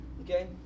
Okay